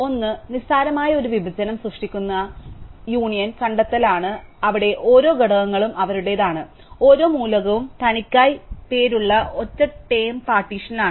ഒന്ന് നിസ്സാരമായ ഒരു വിഭജനം സൃഷ്ടിക്കുന്ന മെയ്ക്ക് യൂണിയൻ കണ്ടെത്തലാണ് അവിടെ ഓരോ ഘടകങ്ങളും അവരുടേതാണ് ഓരോ മൂലകവും തനിക്കായി പേരുള്ള ഒറ്റ ടേം പാർട്ടീഷനിലാണ്